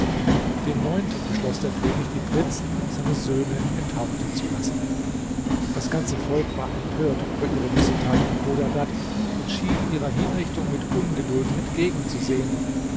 den neunten beschloß der könig die prinzen seine söhne enthaupten zu lassen das ganze volk war empört über ihre missethat an chodadad und schien ihrer hinrichtung mit ungeduld entgegenzusehen